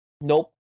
nope